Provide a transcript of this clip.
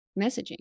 messaging